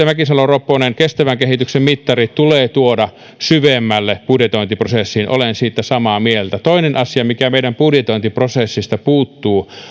mäkisalo ropponen kestävän kehityksen mittari tulee tuoda syvemmälle budjetointiprosessiin olen siitä samaa mieltä toinen asia mikä meidän budjetointiprosessista puuttuu